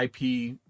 IP